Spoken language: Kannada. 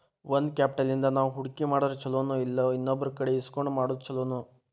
ಓನ್ ಕ್ಯಾಪ್ಟಲ್ ಇಂದಾ ನಾವು ಹೂಡ್ಕಿ ಮಾಡಿದ್ರ ಛಲೊನೊಇಲ್ಲಾ ಇನ್ನೊಬ್ರಕಡೆ ಇಸ್ಕೊಂಡ್ ಮಾಡೊದ್ ಛೊಲೊನೊ?